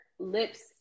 lips